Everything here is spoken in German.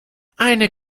eine